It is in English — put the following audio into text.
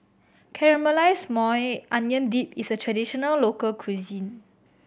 Caramelize Maui Onion Dip is a traditional local cuisine